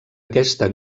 aquesta